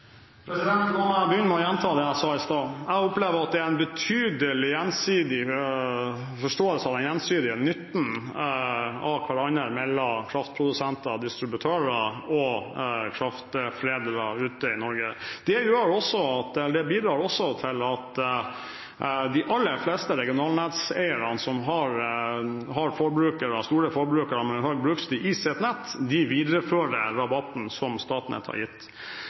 La meg begynne med å gjenta det jeg sa i stad: Jeg opplever at det er en betydelig gjensidig forståelse av den gjensidige nytten av hverandre mellom kraftprodusenter og distributører og kraftforedlere ute i Norge. Det bidrar også til at de aller fleste regionalnettseierne som har store forbrukere med høy brukstid i sitt nett, viderefører rabatten som Statnett har gitt.